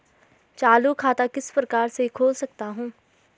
चालू खाता किस प्रकार से खोल सकता हूँ?